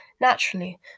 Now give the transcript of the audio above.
Naturally